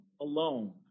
alone